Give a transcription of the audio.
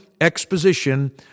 exposition